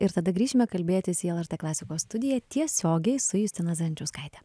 ir tada grįšime kalbėtis į lrt klasikos studiją tiesiogiai su justina zajančauskaite